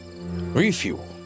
refuel